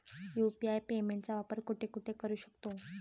UPI पेमेंटचा वापर कुठे कुठे करू शकतो?